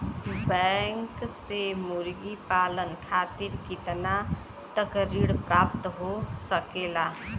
Bank से मुर्गी पालन खातिर कितना तक ऋण प्राप्त हो सकेला?